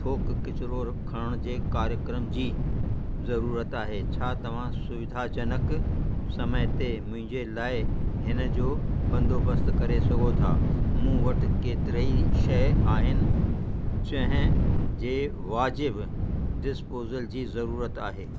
थोक कचिरो खणण जे कार्यक्रम जी ज़रूरत आहे छा तव्हां सुविधाजनक समय ते मुंहिंजे लाइ हिन जो बंदोबस्तु करे सघो था मूं वटि केतिरा ई शइ आहिनि जंहिं जे वाज़िबु डिस्पोज़ल जी ज़रूरत आहे